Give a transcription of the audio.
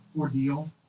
ordeal